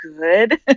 good